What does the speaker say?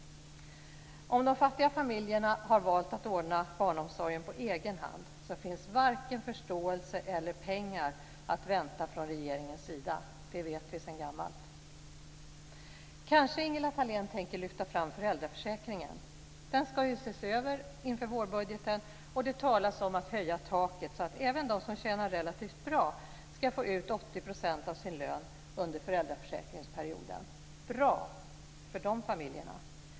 Om de fattiga familjerna har valt att ordna barnomsorgen på egen hand finns varken förståelse eller pengar att vänta från regeringens sida. Det vet vi sedan gammalt. Kanske Ingela Thalén tänker lyfta fram föräldraförsäkringen? Den ska ju ses över inför vårbudgeten, och det talas om att höja taket så att även de som tjänar relativt bra ska få ut 80 % av sin lön under föräldraförsäkringsperioden. Det är bra för de familjerna.